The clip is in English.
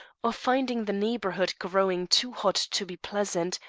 or finding the neighbourhood growing too hot to be pleasant,